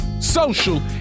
social